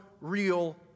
real